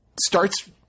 starts